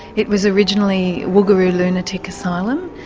it was originally woogaroo lunatic asylum,